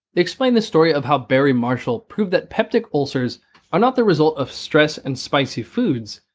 they explain the story of how barry marshall proved that peptic ulcers are not the result of stress and spicy foods,